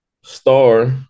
Star